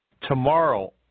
Tomorrow